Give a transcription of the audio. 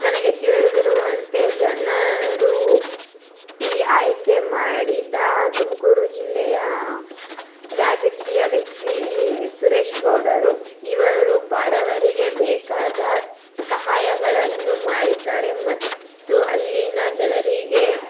ನನಗೆ ತಿಳಿದಿರುವಂತೆ ಜನರು ಒಪ್ಪಿ ಆಯ್ಕೆ ಮಾಡಿದ ತುಮಕೂರು ಜಿಲ್ಲೆಯ ರಾಜಕೀಯ ವ್ಯಕ್ತಿ ಸುರೇಶ್ ಗೌಡರು ಇವರು ಬಡವರಿಗೆ ಬೇಕಾದ ಸಹಾಯಗಳನ್ನು ಮಾಡಿದ್ದಾರೆ ಮತ್ತು ಅಲ್ಲಿನ ಜನರಿಗೆ